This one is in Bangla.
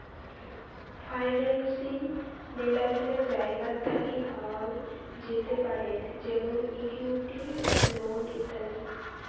ফাইন্যান্সিং মেলাগিলা জায়গাত থাকি পাওয়াঙ যেতে পারেত যেমন ইকুইটি, লোন ইত্যাদি